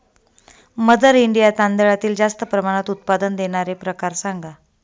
mother India तांदळातील जास्त प्रमाणात उत्पादन देणारे प्रकार सांगा